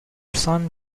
son